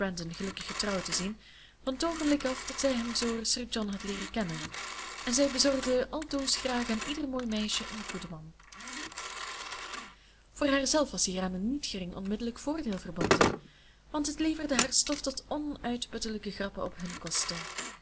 gelukkig getrouwd te zien van t oogenblik af dat zij hem door sir john had leeren kennen en zij bezorgde altoos graag aan ieder mooi meisje een goeden man voor haar zelf was hieraan een niet gering onmiddellijk voordeel verbonden want het leverde haar stof tot onuitputtelijke grappen op hunne kosten